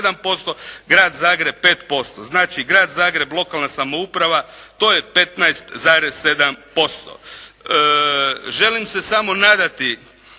Grad Zagreb 5%. Znači, Grad Zagreb, lokalna samouprava to je 15,7%. Želim se samo nadati